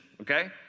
okay